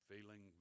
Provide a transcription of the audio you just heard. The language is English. feeling